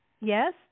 yes